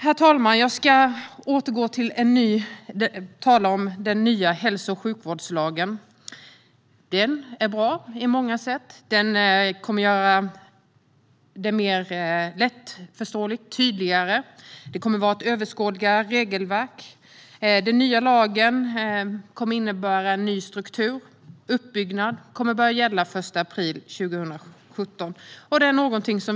Herr talman! Jag ska återgå till att tala om den nya hälso och sjukvårdslagen. Den är bra på många sätt. Regelverket kommer att bli mer lättförståeligt, tydligt och överskådligt. Den nya lagen, som har en ny struktur och uppbyggnad, kommer att börja gälla den 1 april 2017.